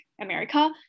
America